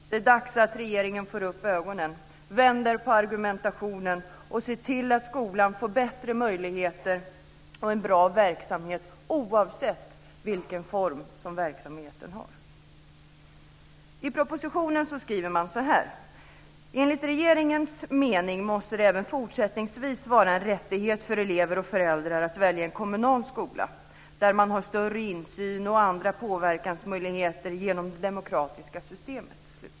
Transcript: Det är dags att regeringen får upp ögonen, vänder på argumentationen och ser till att skolan får bättre möjligheter och en bra verksamhet oavsett vilken form som verksamheten har. I propositionen skriver man så här: "Enligt regeringens mening måste det även fortsättningsvis vara en rättighet för elever och föräldrar att välja en kommunal skola, där man har större insyn och andra påverkansmöjligheter genom det demokratiska systemet."